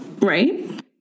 Right